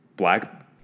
Black